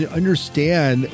understand